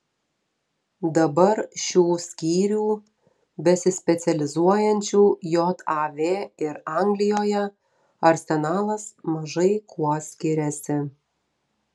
dabar šių skyrių besispecializuojančių jav ir anglijoje arsenalas mažai kuo skiriasi